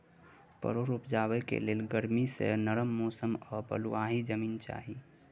परोर उपजेबाक लेल गरमी सँ नरम मौसम आ बलुआही जमीन चाही